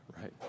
right